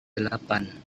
delapan